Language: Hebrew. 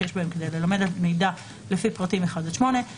שיש בהם כדי ללמד על מידע לפי פרטים (1) עד (8);